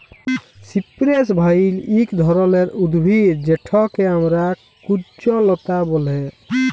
cypress vine ইক ধরলের উদ্ভিদ যেটকে আমরা কুল্জলতা ব্যলে